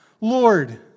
Lord